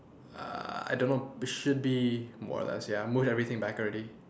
uh I don't know it should be more or less ya I moved everything back already